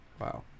Wow